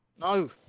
No